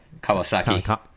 Kawasaki